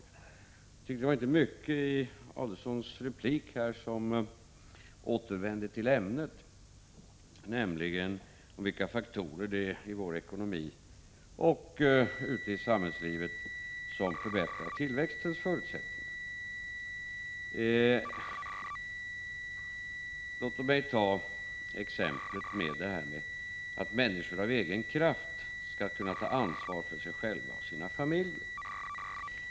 Jag tycker att det inte var mycket i Ulf Adelsohns replik som återvände till ämnet, nämligen vilka faktorer det är i vår ekonomi och ute i samhällslivet som förbättrar tillväxtens förutsättningar. Låt mig ta upp exemplet att människor av egen kraft skall kunna ta ansvar för sig själva och sina familjer.